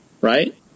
right